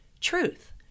truth